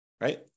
right